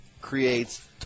creates